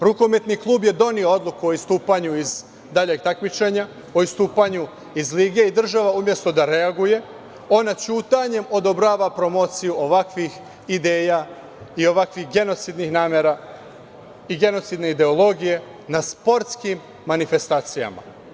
Rukometni klub je doneo odluku o istupanju iz daljeg takmičenja, o istupanju iz lige i država umesto da reaguje ona ćutanjem odobrava promociju ovakvih ideja i ovakvih genocidnih namera i genocidne ideologije na sportskim manifestacijama.